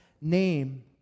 name